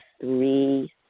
three